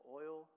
oil